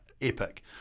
epic